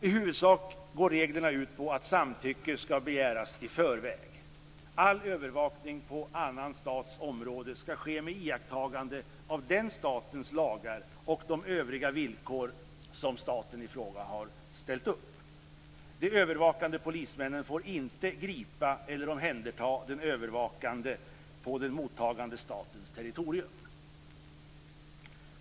I huvudsak går reglerna ut på att samtycke skall begäras i förväg. All övervakning på en annan stats område skall ske med iakttagande av den statens lagar och de övriga villkor som staten i fråga har ställt upp. De övervakande polismännen får inte gripa eller omhänderta den övervakade på den mottagande statens territorium.